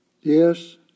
yes